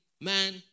man